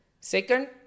Second